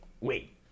wait